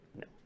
no